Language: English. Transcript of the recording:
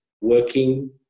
working